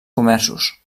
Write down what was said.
comerços